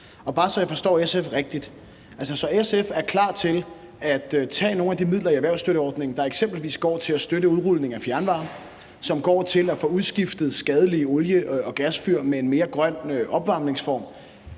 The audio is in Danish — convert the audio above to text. bare så jeg forstår SF rigtigt: SF er klar til at tage nogle af de midler i erhvervsstøtteordningen, der eksempelvis går til at støtte udrulning af fjernvarme, og som går til at få udskiftet skadelige olie- og gasfyr med en mere grøn opvarmningsform.